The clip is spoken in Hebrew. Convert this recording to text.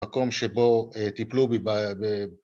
מקום שבו טיפלו בי